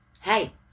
hey